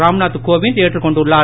ராம்நாத் கோவிந்த் ஏற்றுக் கொண்டுள்ளார்